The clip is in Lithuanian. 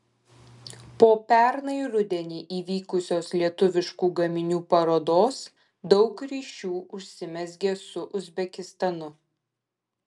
po pernai rudenį įvykusios lietuviškų gaminių parodos daug ryšių užsimezgė su uzbekistanu